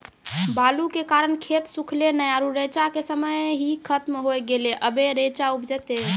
बालू के कारण खेत सुखले नेय आरु रेचा के समय ही खत्म होय गेलै, अबे रेचा उपजते?